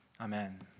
Amen